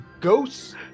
ghosts